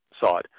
side